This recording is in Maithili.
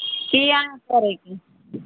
की अहाँ करै छी